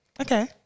Okay